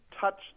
touch